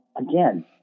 Again